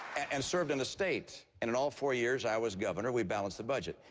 and served in the states. and and all four years i was governor, we balanced the budget.